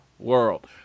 world